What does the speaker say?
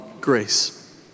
grace